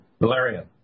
Valerian